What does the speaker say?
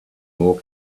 more